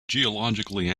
geologically